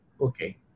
Okay